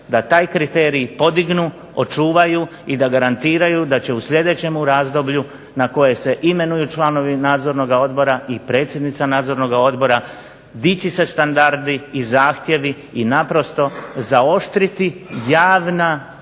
da taj kriterij podignu, očuvaju i da garantiraju da će u sljedećemu razdoblju na koje se imenuju članovi Nadzornoga odbora i predsjednica Nadzornoga odbora dići se standardi i zahtjevi i naprosto zaoštriti javni